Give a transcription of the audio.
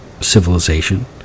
civilization